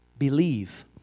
believe